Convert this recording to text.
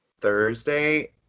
Thursday